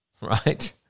right